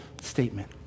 statement